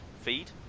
feed